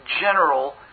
general